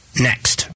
next